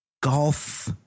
golf